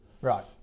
Right